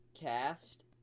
cast